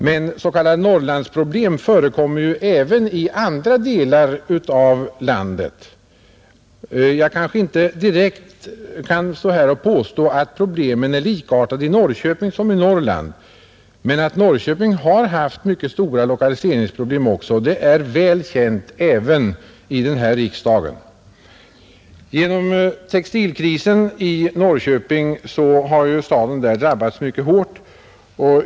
Men s.k. Norrlandsproblem förekommer även i andra delar av landet. Jag vill inte direkt påstå att problemen i Norrköping är likartade med dem i Norrland, men att också Norrköping har haft mycket stora lokaliseringsproblem, det är mycket väl känt även här i riksdagen. Genom textilkrisen har Norrköping drabbats mycket hårt.